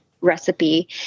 recipe